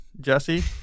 Jesse